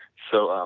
so um